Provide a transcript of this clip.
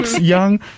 young